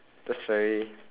that's very